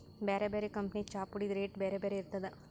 ಬ್ಯಾರೆ ಬ್ಯಾರೆ ಕಂಪನಿದ್ ಚಾಪುಡಿದ್ ರೇಟ್ ಬ್ಯಾರೆ ಬ್ಯಾರೆ ಇರ್ತದ್